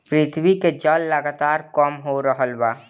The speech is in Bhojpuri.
पृथ्वी के जल लगातार कम हो रहल बा